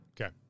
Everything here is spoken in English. Okay